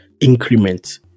increment